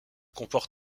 comporte